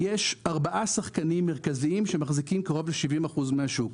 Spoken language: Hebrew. יש ארבעה שחקנים מרכזיים שמחזיקים קרוב ל-70% מהשוק.